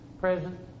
present